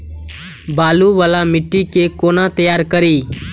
बालू वाला मिट्टी के कोना तैयार करी?